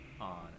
on